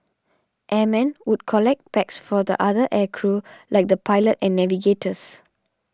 airmen would collect packs for the other air crew like the pilot and navigators